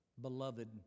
beloved